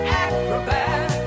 acrobat